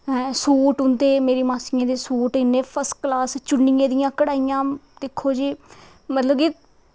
हैं सूट उं'दे मेरी मासियें दे सूट इ'न्ने फसकलास चुन्नियें दियां कड़ाहियां दिक्खो जी मतलब कि